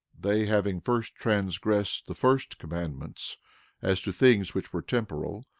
they having first transgressed the first commandments as to things which were temporal,